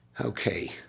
Okay